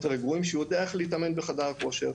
רגועים שהוא יודע איך להתאמן בחדר כושר.